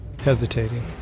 hesitating